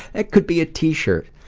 that could be a t-shirt.